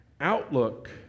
outlook